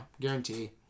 Guarantee